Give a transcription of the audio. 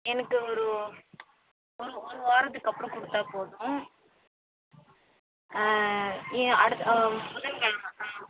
எனக்கு ஒரு ஒரு ஒரு வாரத்துக்கப்புறம் கொடுத்தா போதும் ஏன் அடுத்த புதன் கிழமை ஆ